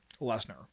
Lesnar